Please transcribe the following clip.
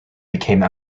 became